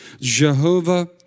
Jehovah